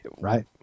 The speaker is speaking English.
Right